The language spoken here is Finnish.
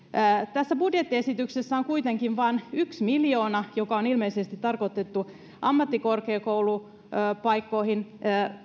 tässä budjettiesityksessä on kuitenkin vain yhtenä miljoona joka on ilmeisesti tarkoitettu ammattikorkeakoulupaikkoihin